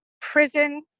Prison